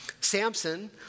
Samson